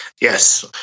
Yes